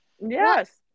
Yes